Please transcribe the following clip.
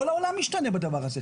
כל העולם השתנה בדבר הזה.